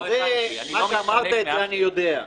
מה שאמרת, את זה אני יודע,